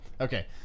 okay